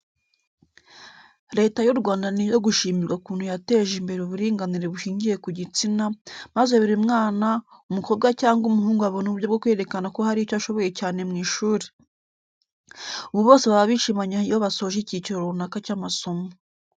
Leta y'u Rwanda ni iyo gushimirwa ukuntu yateje imbere uburinganire bushingiye ku gitsina, maze buri mwana, umukobwa cyangwa umuhungu abona uburyo bwo kwerekana ko hari icyo ashoboye cyane mu ishuri. Ubu bose baba bishimanye iyo basoje icyiciro runaka cy'amasomo.